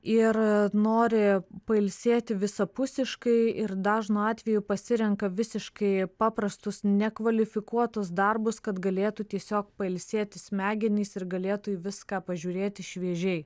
ir nori pailsėti visapusiškai ir dažnu atveju pasirenka visiškai paprastus nekvalifikuotus darbus kad galėtų tiesiog pailsėti smegenys ir galėtų į viską pažiūrėti šviežiai